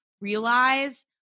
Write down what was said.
realize